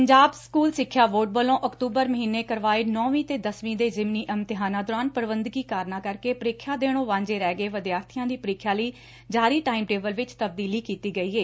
Punjab school ਸਿੱਖਿਆ board ਵਲੋਂ ਅਕਤੁਬਰ ਮਹੀਨੇ ਕਰਵਾਏ ਨੌਂਵੀਂ ਤੇ ਦਸਵੀਂ ਦੇ ਜਿਮਨੀ ਇਮਤਿਹਾਨਾਂ ਦੋਰਾਨ ਪ੍ਰਬੰਧਕੀ ਕਾਰਨਾਂ ਕਰਕੇ ਪੀਖਿਆ ਦੇਣੋਂ ਵਾਝੇ ਰਹਿ ਗਏ ਵਿਦਿਆਰਥੀਆਂ ਦੀ ਪੀਖਿਆ ਲਈ ਜਾਰੀ ਟਾਈਮ ਟੇਬਲ ਵਿਚ ਤਬਦੀਲੀ ਕੀਤੀ ਗਈ ਏ